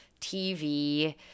TV